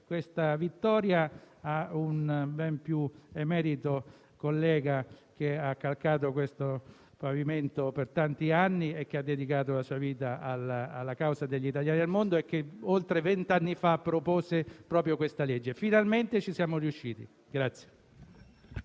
questa vittoria a un ben più emerito collega che ha calcato questo pavimento per tanti anni, dedicando la sua vita alla causa degli italiani nel mondo, il quale oltre vent'anni fa propose proprio questa misura. Finalmente ci siamo riusciti.